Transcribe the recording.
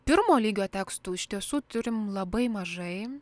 pirmo lygio tekstų iš tiesų turim labai mažai